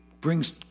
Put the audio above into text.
brings